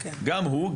גם הוא,